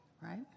Right